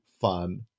fun